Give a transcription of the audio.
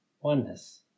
oneness